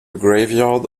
graveyard